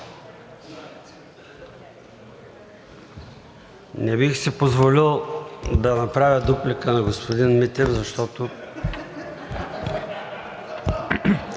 Не бих си позволил да направя дуплика на господин Митев, защото…